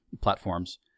platforms